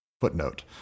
Footnote